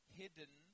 hidden